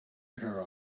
her